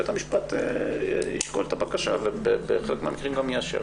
בית המשפט ישקול את הבקשה ובחלק מהמקרים גם יאשר.